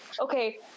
Okay